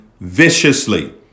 viciously